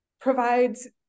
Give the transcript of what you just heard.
provides